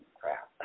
crap